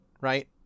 right